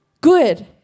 good